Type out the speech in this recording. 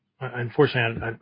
Unfortunately